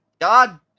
God